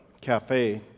cafe